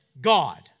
God